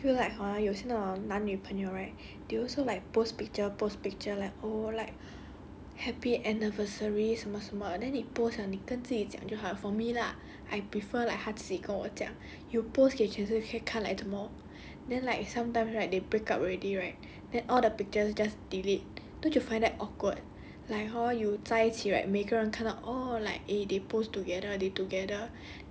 ya 你讲到这个 hor I feel like hor 有些 hor 男女朋友 right they also like post picture post picture or like happy anniversary 什么什么 then 你 post liao 你跟自己讲就好 liao for me lah I prefer like 他自己跟我讲 you post 给全世界看来做么 then like sometime right they break up already right then all the pictures just delete don't you find that awkward like hor you 在一起 right 每个人看到